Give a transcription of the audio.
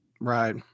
Right